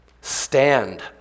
Stand